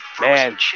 Man